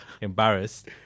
embarrassed